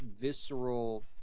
visceral